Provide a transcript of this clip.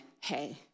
hey